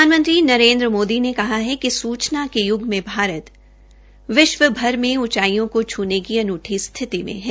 प्रधानमंत्री नरेन्द्र मोदी ने कहा है कि सूचना के य्ग में भारत विश्वभर में ऊचाईयों को छूने की की अनूठी स्थिति में है